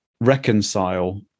reconcile